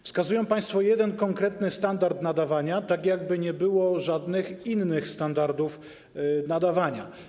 Wskazują państwo na jeden konkretny standard nadawania, tak jakby nie było żadnych innych standardów nadawania.